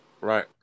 Right